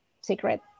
secret